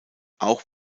auch